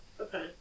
Okay